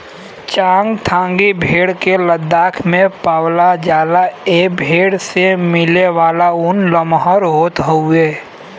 चांगथांगी भेड़ के लद्दाख में पावला जाला ए भेड़ से मिलेवाला ऊन लमहर होत हउवे